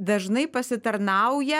dažnai pasitarnauja